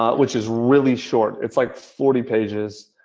ah which is really short. it's like forty pages.